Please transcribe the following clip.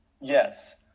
Yes